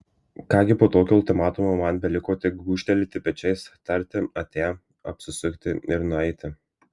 ką gi po tokio ultimatumo man beliko tik gūžtelėti pečiais tarti ate apsisukti ir nueiti